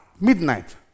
midnight